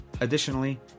Additionally